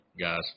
guys